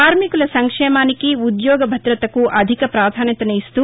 కార్నికుల సంక్షేమానికి ఉద్యోగ భద్రతకు అధిక ప్రాధాన్యతను ఇస్తూ